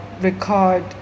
record